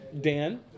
Dan